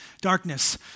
Darkness